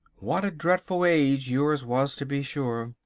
what a dreadful age yours was, to be sure.